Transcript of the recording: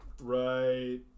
right